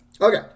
Okay